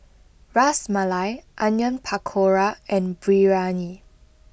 Ras Malai Onion Pakora and Biryani